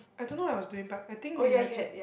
I don't know what I was doing but I think we had to